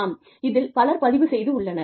ஆம் இதில் பலர் பதிவு செய்துள்ளனர்